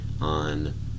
on